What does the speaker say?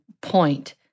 point